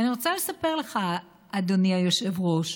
ואני רוצה לספר לך, אדוני היושב-ראש,